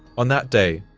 on that day,